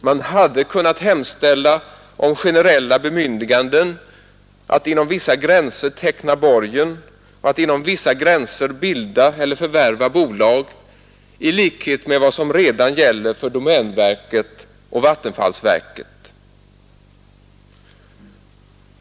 Man hade kunnat hemställa om generella bemyndiganden att inom vissa gränser teckna borgen och att inom vissa gränser bilda eller förvärva bolag i likhet med vad som redan gäller för domänverket och vattenfallsverket.